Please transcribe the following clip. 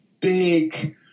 big